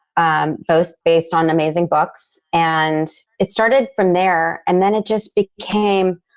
um both based on amazing books. and it started from there. and then it just became,